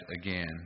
again